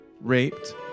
raped